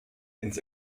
ins